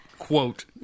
quote